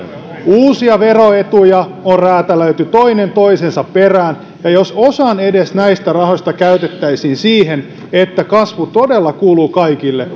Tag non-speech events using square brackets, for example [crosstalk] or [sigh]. uusia veroetuja on räätälöity toinen toisensa perään ja jos edes osa näistä rahoista käytettäisiin siihen että kasvu todella kuuluu kaikille [unintelligible]